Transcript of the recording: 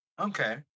Okay